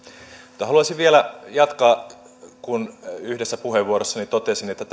mutta haluaisin vielä jatkaa kun yhdessä puheenvuorossani totesin että